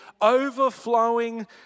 overflowing